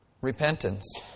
repentance